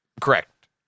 Correct